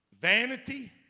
vanity